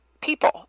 people